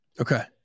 okay